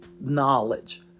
knowledge